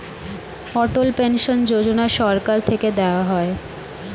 অটল pension Yojana সরকার থেকে দেওয়া হয়